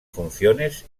funciones